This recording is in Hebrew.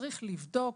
צריך לבדוק,